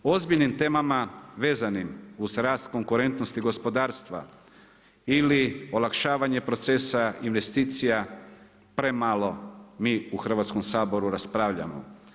O ozbiljnim temama vezanim uz rast konkurentnosti gospodarstva ili olakšavanje procesa investicija premalo mi u Hrvatskom saboru raspravljamo.